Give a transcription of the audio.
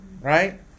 Right